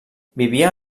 vivia